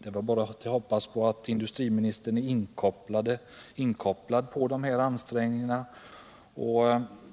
det bara att hoppas att industriministern är inkopplad på dessa ansträngningar.